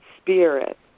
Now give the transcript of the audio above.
spirit